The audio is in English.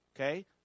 okay